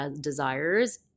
desires